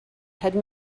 had